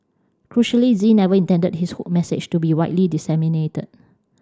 crucially Z never intended his hoax message to be widely disseminated